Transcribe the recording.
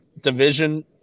Division